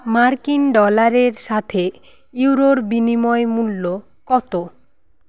মার্কিন ডলারের সাথে ইউরোর বিনিময় মূল্য কত